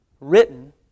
written